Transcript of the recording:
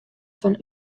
fan